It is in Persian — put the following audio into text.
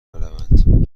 بروند